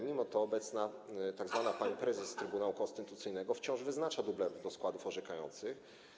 Mimo to obecna tzw. pani prezes Trybunału Konstytucyjnego wciąż wyznacza dublerów do składów orzekających.